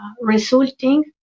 resulting